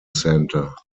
centre